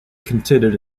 considered